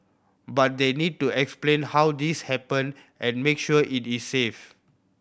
but they need to explain how this happened and make sure it is safe